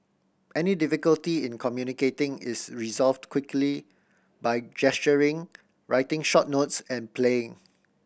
any difficulty in communicating is resolved quickly by gesturing writing short notes and playing